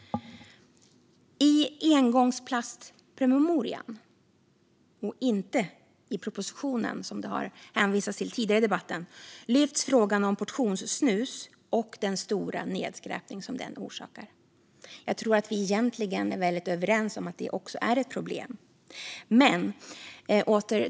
I engångsplastpromemorian - inte i propositionen som man i debatten tidigare har hänvisat till - lyfts frågan fram om portionssnus och den stora nedskräpning som orsakas. Jag tror att vi egentligen är överens om att det här är ett problem.